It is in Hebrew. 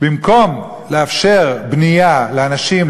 במקום לאפשר בנייה לאנשים,